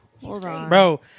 Bro